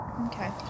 Okay